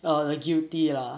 oh the guilty ah